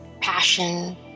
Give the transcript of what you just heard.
passion